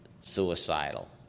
suicidal